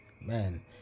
Man